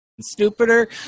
stupider